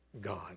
God